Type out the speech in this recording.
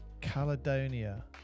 Caledonia